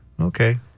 Okay